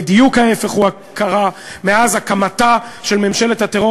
בדיוק ההפך קרה: מאז הקמתה של ממשלת הטרור